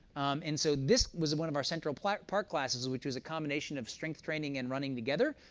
and so this was one of our central park park classes, which was a combination of strength training and running together.